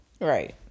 Right